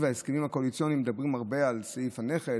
ההסכמים הקואליציוניים מדברים הרבה על סעיף הנכד.